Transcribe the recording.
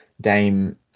Dame